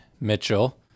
Mitchell